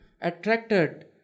attracted